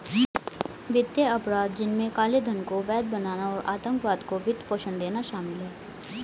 वित्तीय अपराध, जिनमें काले धन को वैध बनाना और आतंकवाद को वित्त पोषण देना शामिल है